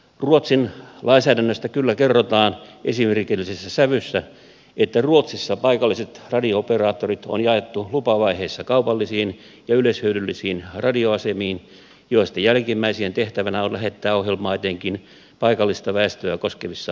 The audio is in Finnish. ruotsin lainsäädännöstä kyllä kerrotaan esimerkillisessä sävyssä että ruotsissa paikalliset radio operaattorit on jaettu lupavaiheessa kaupallisiin ja yleishyödyllisiin radioasemiin joista jälkimmäisten tehtävänä on lähettää ohjelmaa etenkin paikallista väestöä koskevissa asioissa